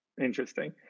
interesting